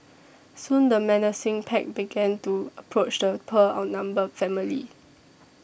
soon the menacing pack began to approach the poor outnumbered family